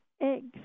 eggs